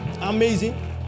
Amazing